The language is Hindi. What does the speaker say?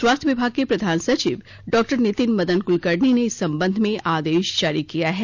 स्वास्थ्य विभाग के प्रधान सचिव डॉ नितिन मदन कुलकर्णी ने इस संबंध में आदेश जारी किया है